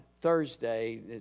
Thursday